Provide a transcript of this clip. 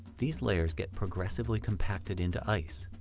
these layers get progressively compacted into ice,